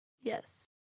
Yes